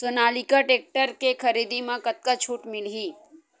Sonalika tractor के खरीदी मा कतका छूट मीलही?